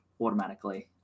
automatically